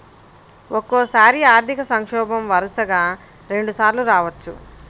ఒక్కోసారి ఆర్థిక సంక్షోభం వరుసగా రెండుసార్లు రావచ్చు